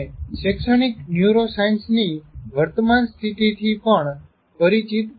અને શૈક્ષણિક ન્યૂરોસાયન્સ ની વર્તમાન સ્થિતિથી પણ પરિચિત થાઓ